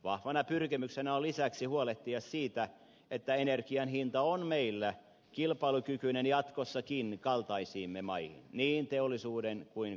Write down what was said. vahvana pyrkimyksenä on lisäksi huolehtia siitä että energian hinta on meillä kilpailukykyinen jatkossakin kaltaisiimme maihin nähden niin teollisuuden kuin kuluttajankin kannalta